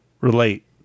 relate